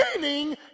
Meaning